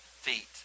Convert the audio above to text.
feet